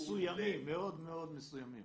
באזורים מסוימים, מאוד מאוד מסוימים.